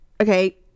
Okay